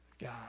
God